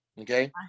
Okay